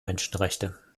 menschenrechte